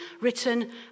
written